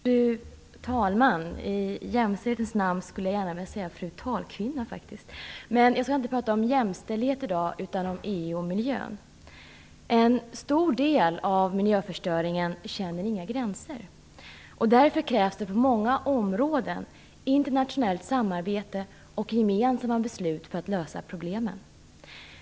Fru talman! I jämställdhetens namn skulle jag gärna vilja säga fru talkvinna. Men jag skall inte prata om jämställdhet i dag, utan om EU och miljön. En stor del av miljöförstöringen känner inga gränser. Därför krävs det på många områden internationellt samarbete och gemensamma beslut för att lösa problemen.